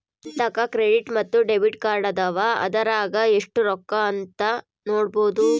ನಂತಾಕ ಕ್ರೆಡಿಟ್ ಮತ್ತೆ ಡೆಬಿಟ್ ಕಾರ್ಡದವ, ಅದರಾಗ ಎಷ್ಟು ರೊಕ್ಕತೆ ಅಂತ ನೊಡಬೊದು